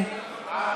מיכל בירן,